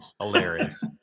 Hilarious